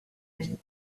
vie